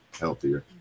healthier